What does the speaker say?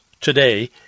today